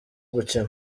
gukina